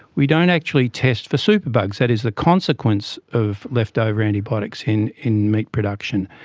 we don't actually test for super bugs that is, the consequence of leftover antibiotics in in meat production.